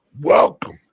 Welcome